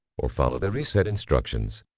or follow the reset instructions.